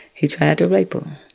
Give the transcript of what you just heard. he tried to rape her